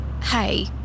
Hey